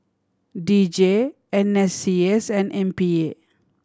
D J N S C S and M P A